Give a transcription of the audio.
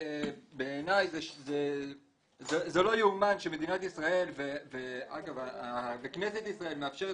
בעיניי זה לא יאומן שמדינת ישראל וכנסת ישראל מאפשרת